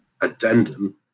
addendum